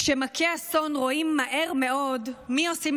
כשמכה אסון רואים מהר מאוד מי עושים